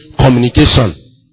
communication